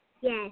Yes